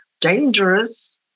dangerous